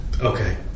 Okay